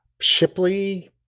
Shipley